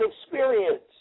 experience